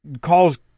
calls